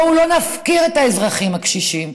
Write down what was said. בואו לא נפקיר את האזרחים הקשישים,